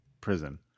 prison